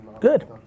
good